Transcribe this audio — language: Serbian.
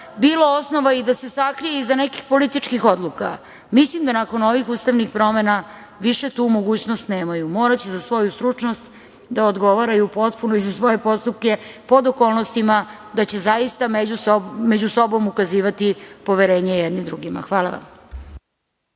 bilo osnova i da se sakrije iza nekih političkih odluka. Mislim da nakon ovih ustavnih promena više tu mogućnost nemaju. Moraće za svoju stručnost da odgovaraju potpuno i za svoje postupke pod okolnostima da će zaista među sobom ukazivati poverenje jedni drugima. Hvala vam.